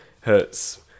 Hertz